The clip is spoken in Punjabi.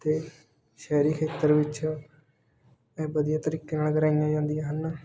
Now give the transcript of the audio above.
ਅਤੇ ਸ਼ਹਿਰੀ ਖੇਤਰ ਵਿੱਚ ਇਹ ਵਧੀਆ ਤਰੀਕੇ ਨਾਲ ਕਰਾਈਆਂ ਜਾਂਦੀਆਂ ਹਨ